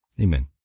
Amen